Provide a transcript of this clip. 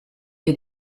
che